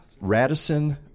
Radisson